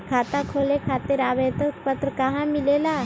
खाता खोले खातीर आवेदन पत्र कहा मिलेला?